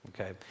okay